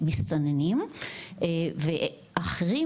מסתננים ואחרים,